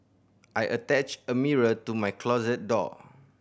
I attached a mirror to my closet door